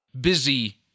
busy